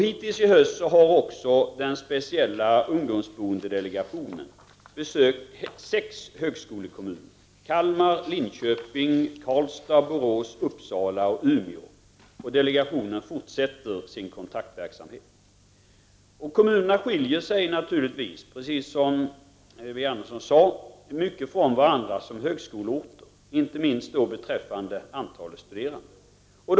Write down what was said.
Hittills i höst har också den speciella ungdomsboendedelegationen besökt sex högskolekommuner: Kalmar, Linköping, Karlstad, Borås, Uppsala och Umeå. Delegationen fortsätter sin kontaktverksamhet. Kommunerna skiljer sig naturligtvis, precis som Birger Andersson sade, mycket från varandra som högskoleorter, inte minst beträffande antalet studerande.